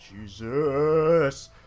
Jesus